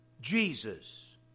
Jesus